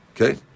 okay